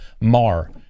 Mar